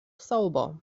sauber